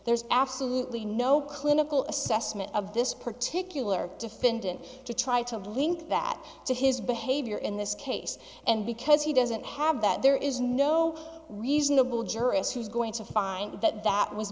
there's absolutely no clinical assessment of this particular defendant to try to link that to his behavior in this case and because he doesn't have that there is no reasonable jurist who's going to find that that was